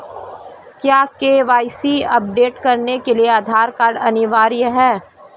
क्या KYC update करने के लिए आधार कार्ड अनिवार्य है?